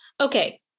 okay